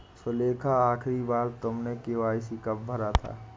सुलेखा, आखिरी बार तुमने के.वाई.सी कब भरा था?